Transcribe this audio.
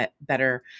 better